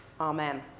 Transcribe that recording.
Amen